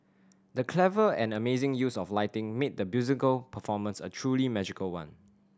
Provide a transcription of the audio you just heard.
the clever and amazing use of lighting made the musical performance a truly magical one